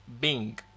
Bing